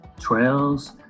trails